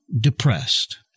depressed